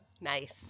Nice